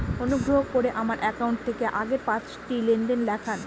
অনুগ্রহ করে আমার অ্যাকাউন্ট থেকে আগের পাঁচটি লেনদেন দেখান